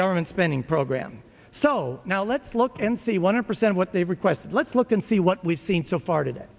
government spending program so now let's look and see one percent what they requested let's look and see what we've seen so far today